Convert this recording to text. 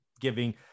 giving